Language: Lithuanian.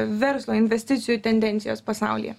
verslo investicijų tendencijas pasaulyje